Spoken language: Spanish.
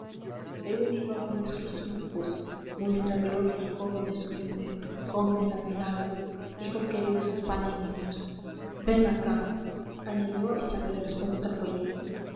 he venido a ver vuestros triunfos vuestra gloria jóvenes sublimes jóvenes admirables hijos queridos de españa y de dios ven acá añadió echándole los brazos al cuello